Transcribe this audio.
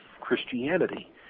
Christianity